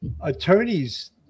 attorneys